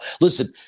Listen